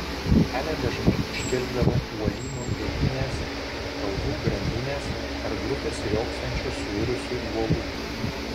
kelią dažnai užkirsdavo uolynų virtinės kalvų grandinės ar grupės riogsančių suirusių uolų